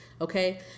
okay